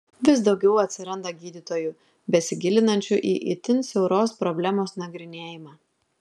vis daugiau atsiranda gydytojų besigilinančių į itin siauros problemos nagrinėjimą